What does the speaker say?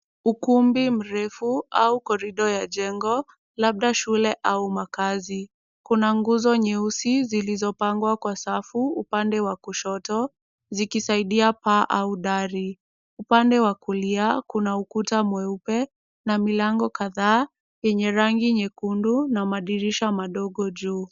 Ukumbi mrefu au corridor ya jengo labda shule au makazi. Kuna nguzo nyeusi zilizopangwa kwa safu upande wa kushoto zikisaidia paa au dari. Upande wa kulia, kuna ukuta mweupe na milango kadhaa yenye rangi nyekundu na madirisha madogo juu.